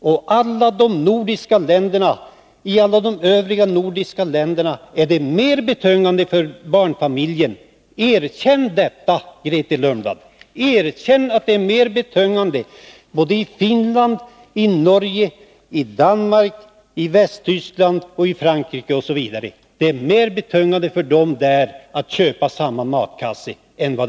I Finland, Norge, Danmark, Västtyskland och Frankrike är det mer betungande för barnfamiljerna att köpa samma matkasse än vad det är här i Sverige. Erkänn detta, Grethe Lundblad!